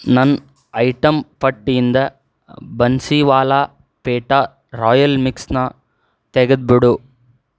ನನ್ನ ಐಟಮ್ ಪಟ್ಟಿಯಿಂದ ಬನ್ಸಿವಾಲ ಪೇಟ ರಾಯಲ್ ಮಿಕ್ಸ್ನ ತೆಗೆದುಬಿಡು